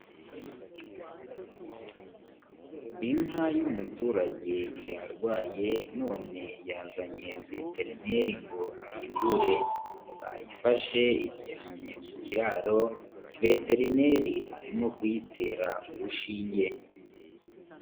Inka y'umuturage yarwaye none yazanye veterineri ngo ayivure, bayifashe iryamye mu kiraro veterineri arimo kuyitera urushinge.